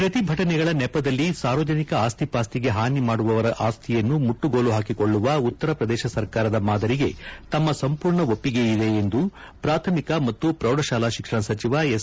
ಪ್ರತಿಭಟನೆಗಳ ನೆಪದಲ್ಲಿ ಸಾರ್ವಜನಿಕ ಆಸ್ತಿಪಾಸ್ತಿಗೆ ಹಾನಿ ಮಾಡುವವರ ಆಸ್ತಿಯನ್ನು ಮುಟ್ಟುಗೋಲು ಹಾಕಿಕೊಳ್ಳುವ ಉತ್ತರಪ್ರದೇಶ ಸರ್ಕಾರದ ಮಾದರಿಗೆ ತಮ್ಮ ಸಂಪೂರ್ಣ ಒಪ್ಪಿಗೆ ಇದೆ ಎಂದು ಪ್ರಾಥಮಿಕ ಮತ್ತು ಪ್ರೌಢ ಶಾಲಾ ಶಿಕ್ಷಣ ಸಚಿವ ಎಸ್